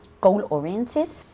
goal-oriented